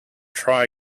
try